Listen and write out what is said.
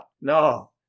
No